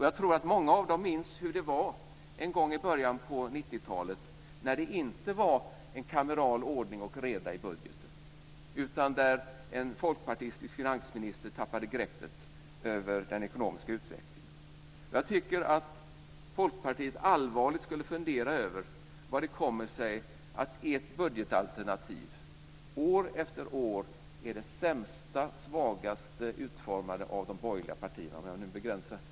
Jag tror att många av dem minns hur det var en gång i början av 90-talet när det inte var kameral ordning och reda i budgeten, utan då en folkpartistisk finansminister tappade greppet om den ekonomiska utvecklingen. Jag tycker att ni i Folkpartiet allvarligt ska fundera över hur det kommer sig att ert budgetalternativ år efter år är det sämsta och svagast utformade av de borgerliga partiernas alternativ.